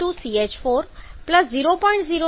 72 CH4 0